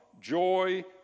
joy